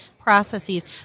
processes